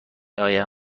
آیم